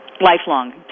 Lifelong